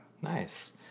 Nice